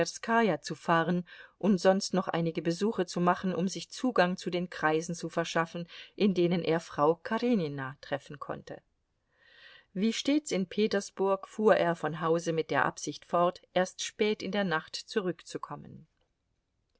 zu fahren und sonst noch einige besuche zu machen um sich zugang zu den kreisen zu verschaffen in denen er frau karenina treffen konnte wie stets in petersburg fuhr er von hause mit der absicht fort erst spät in der nacht zurückzukommen